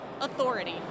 authority